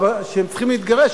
כשהם צריכים להתגרש,